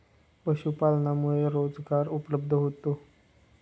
पशुपालनामुळे रोजगार उपलब्ध होतो